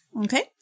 Okay